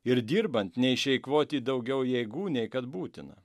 ir dirbant neišeikvoti daugiau jėgų nei kad būtina